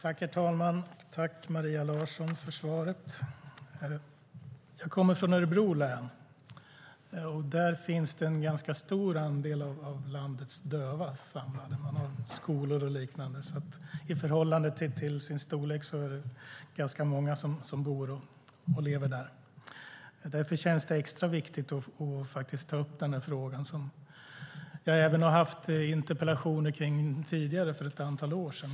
Herr talman! Tack, Maria Larsson, för svaret! Jag kommer från Örebro län, och där finns en ganska stor andel av landets döva samlade då man har skolor och liknande, så i förhållande till länets storlek är det ganska många döva som bor och lever där. Därför känns det extra viktigt att ta upp den här frågan som jag även har ställt interpellationer kring för ett antal år sedan.